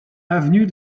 avenue